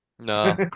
No